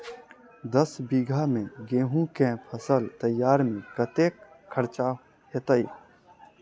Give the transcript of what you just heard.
दस बीघा मे गेंहूँ केँ फसल तैयार मे कतेक खर्चा हेतइ?